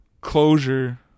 Closure